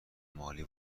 مالی